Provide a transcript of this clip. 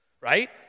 Right